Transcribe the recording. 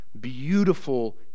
beautiful